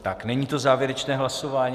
Tak není to závěrečné hlasování.